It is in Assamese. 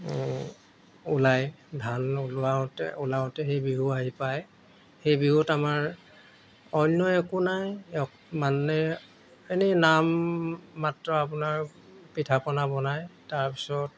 ওলাই ধান ওলাওঁ ওলাওঁতে সেই বিহু আহি পায় সেই বিহুত আমাৰ অন্য একো নাই মানে এনেই নামমাত্ৰ আপোনাৰ পিঠা পনা বনায় তাৰপিছত